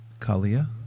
Kalia